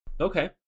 okay